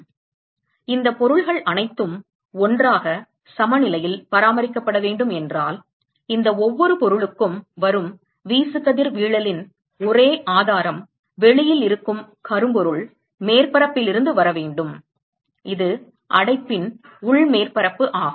எனவே இந்தப் பொருள்கள் அனைத்தும் ஒன்றாகச் சமநிலையில் பராமரிக்கப்பட வேண்டும் என்றால் இந்த ஒவ்வொரு பொருளுக்கும் வரும் வீசுகதிர்வீழல் ன் ஒரே ஆதாரம் வெளியில் இருக்கும் கரும்பொருள் மேற்பரப்பில் இருந்து வர வேண்டும் இது அடைப்பின் உள் மேற்பரப்பு ஆகும்